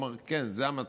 הוא אמר: כן, זה המצב.